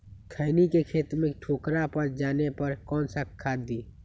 खैनी के खेत में ठोकरा पर जाने पर कौन सा खाद दी?